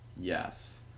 Yes